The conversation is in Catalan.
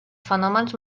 fenòmens